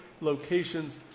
locations